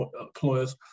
employers